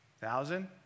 Thousand